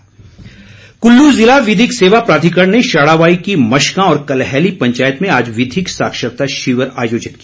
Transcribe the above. विधिक साक्षरता कल्लू ज़िला विधिक सेवा प्राधिकरण ने शाढ़ाबाई की मशगां और कलैहली पंचायत में आज विधिक साक्षरता शिविर आयोजित किया